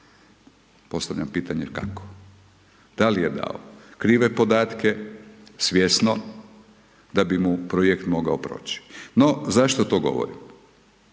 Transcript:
Postavljam pitanje kako? Da li je dao krive podatke, svjesno da bi mu projekt mogao proći? No zašto to govorim,